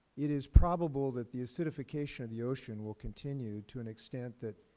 it is probable that the acidification of the ocean will continue to an extent that,